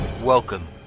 Welcome